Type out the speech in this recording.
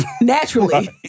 naturally